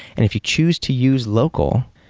if you choose to use local,